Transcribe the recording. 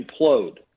implode